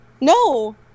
No